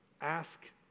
ask